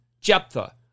Jephthah